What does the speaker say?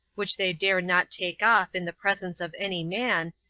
which they dare not take off in the presence of any man,